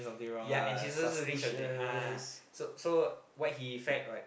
yeah and he's also reading something ha so so what he felt like